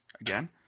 again